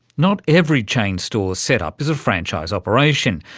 not every chain store set-up is a franchise operation.